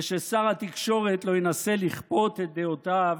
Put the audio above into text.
וששר התקשורת לא ינסה לכפות את דעותיו